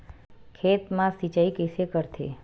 खेत मा सिंचाई कइसे करथे?